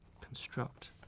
construct